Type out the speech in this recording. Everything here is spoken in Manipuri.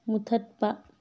ꯃꯨꯊꯠꯄ